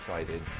excited